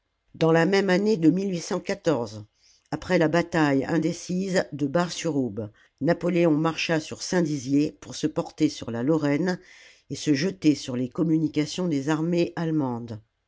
dans la même année de après la bataille indécise de bar sur aube napoléon marcha sur saint dizier pour se porter sur la lorraine et se jeter sur les communications des armées allemandes